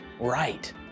right